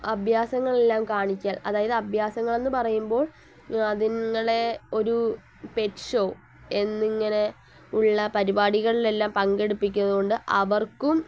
അഭ്യാസങ്ങളെല്ലാം കാണിക്കാൻ അതായത് അഭ്യാസങ്ങൾ എന്ന് പറയുമ്പോൾ അതിങ്ങളെ ഒരു പെറ്റ് ഷോ എന്നിങ്ങനെ ഉള്ള പരിപാടികളിലെല്ലാം പങ്കെടുപ്പിക്കുന്നത് കൊണ്ട് അവർക്കും